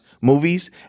movies